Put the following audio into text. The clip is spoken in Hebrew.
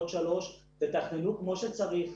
עוד שלוש שנים ותכינו כמו שצריך.